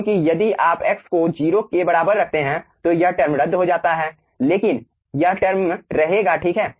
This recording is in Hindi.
क्योंकि यदि आप x को 0 के बराबर रखते हैं तो यह टर्म रद्द हो जाता है लेकिन यह टर्म रहेगा ठीक है